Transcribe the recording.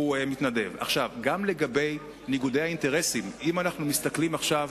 גם לגבי ניגודי האינטרסים, אם אנחנו מסתכלים עכשיו